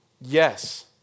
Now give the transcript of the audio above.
yes